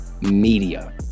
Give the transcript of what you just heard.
media